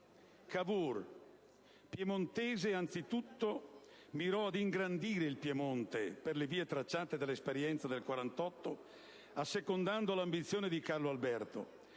Cavour, piemontese anzitutto, mirò ad ingrandire il Piemonte per le vie tracciate dall'esperienza del 1848 assecondando l'ambizione di Carlo Alberto,